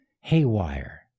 haywire